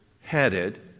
headed